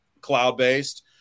cloud-based